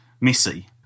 Missy